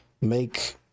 make